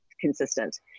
consistent